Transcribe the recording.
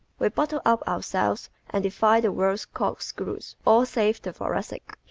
we bottle up ourselves and defy the world's cork-screws all save the thoracic.